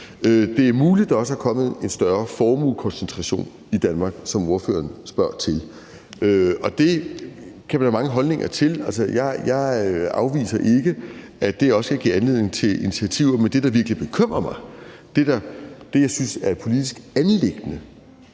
Det er muligt, at der også er kommet en større formuekoncentration i Danmark, som ordføreren spørger til, og det kan der være mange holdninger til. Altså, jeg afviser ikke, at det også kan give anledning til initiativer. Men det, der virkelig bekymrer mig, og det, jeg synes er et politisk anliggende,